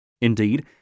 Indeed